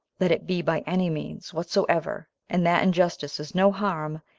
let it be by any means whatsoever, and that injustice is no harm,